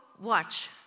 watch